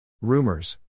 rumors